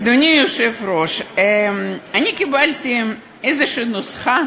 אדוני היושב-ראש, אני קיבלתי איזו נוסחה